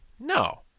No